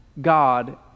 God